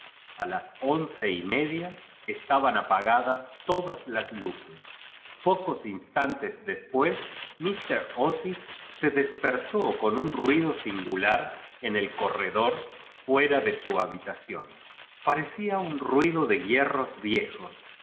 a las once y medía estaban apagadas to llas jos luces pocos instantes después mister otis se despertó con un ruido singular en el co rredor forra de su hábil ación pam ín un ruido de hierros viejos